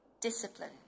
discipline